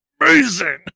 amazing